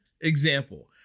example